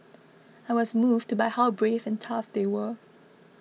I was moved by how brave and tough they were